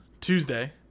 tuesday